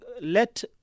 let